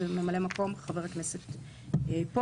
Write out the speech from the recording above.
ממלא המקום יהיה חבר הכנסת פרוש.